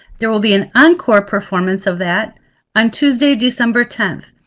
there will be an encore performance of that on tuesday, december tenth.